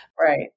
Right